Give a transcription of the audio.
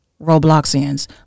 Robloxians